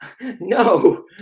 No